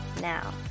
now